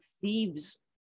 thieves